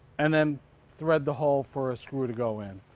and then thread the hole for a screw to go in.